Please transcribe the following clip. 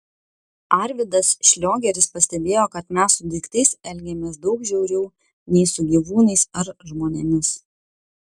arvydas šliogeris pastebėjo kad mes su daiktais elgiamės daug žiauriau nei su gyvūnais ar žmonėmis